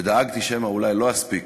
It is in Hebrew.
ודאגתי שמא לא אספיק